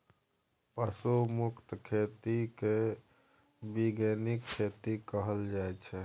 पशु मुक्त खेती केँ बीगेनिक खेती कहल जाइ छै